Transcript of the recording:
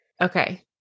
Okay